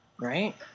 Right